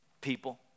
People